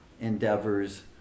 endeavors